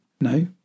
No